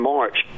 March